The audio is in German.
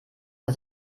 der